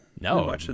No